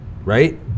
Right